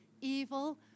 evil